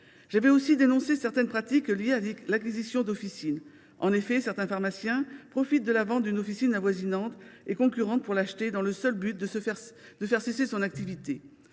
J’avais aussi dénoncé certaines pratiques liées à l’acquisition d’officines. En effet, des pharmaciens profitent de la mise en vente d’une officine voisine concurrente pour l’acheter dans le seul but de faire cesser son activité.